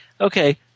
okay